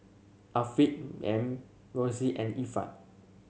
Afiq M Roxy and Ifan